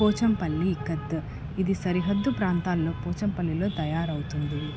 పోచంపల్లి ఇక్కత్ ఇది సరిహద్దు ప్రాంతాల్లో పోచంపల్లిలో తయారవుతుంది